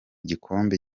gikombe